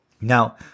Now